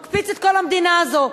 מקפיץ את כל המדינה הזו.